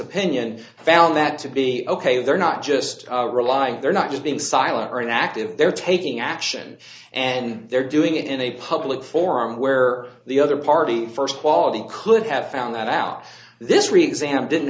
opinion found that to be ok they're not just relying they're not just being silent or inactive they're taking action and they're doing it in a public forum where the other party first quality could have found that out this reexamined didn't